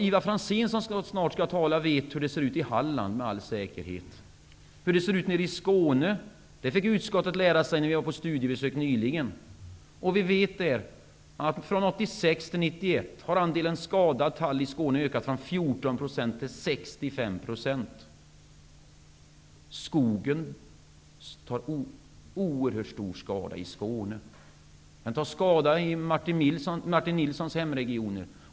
Ivar Franzén som snart skall tala här vet med all säkerhet hur det ser ut i Halland. Hur det ser ut nere i Skåne fick utskottet lära sig när vi nyligen var på studiebesök. Vi vet att från 1986 till 1991 har andelen skadad tall i Skåne ökat från 14--65 %. Skogen tar oerhört stor skada i Skåne. Den tar skada i Martin Nilssons hemregioner.